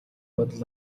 бодол